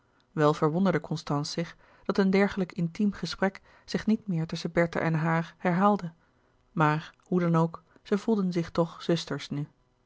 wel verwonderde constance zich dat een dergelijk intiem gesprek zich niet meer tusschen bertha en haar herhaalde maar hoe dan ook zij voelden zich toch zusters nu